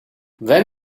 then